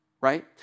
right